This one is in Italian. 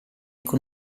con